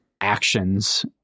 actions